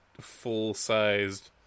full-sized